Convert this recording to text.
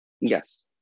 Yes